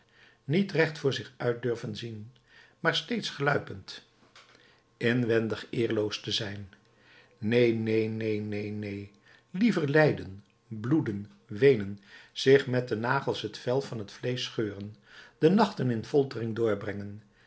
niet recht voor zich uit te durven zien maar steeds gluipend inwendig eerloos te zijn neen neen neen neen liever lijden bloeden weenen zich met de nagels het vel van het vleesch scheuren de nachten in foltering doorbrengen